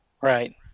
Right